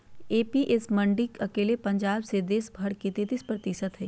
APMC मंडी अकेले पंजाब मे देश भर के तेतीस प्रतिशत हई